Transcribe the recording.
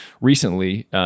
recently